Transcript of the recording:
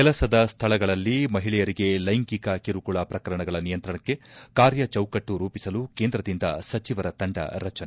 ಕೆಲಸದ ಸ್ತಳಗಳಲ್ಲಿ ಮಹಿಳೆಯರಿಗೆ ಲೈಂಗಿಕ ಕಿರುಕುಳ ಪ್ರಕರಣಗಳ ನಿಯಂತ್ರಣಕ್ಕೆ ಕಾರ್ಯಚೌಕಟ್ಟು ರೂಪಿಸಲು ಕೇಂದ್ರದಿಂದ ಸಚಿವರ ತಂಡ ರಚನೆ